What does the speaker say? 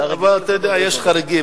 בסדר, אבל יש חריגים.